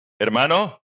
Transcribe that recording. Hermano